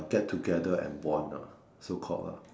get together and bond ah so called lah